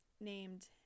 named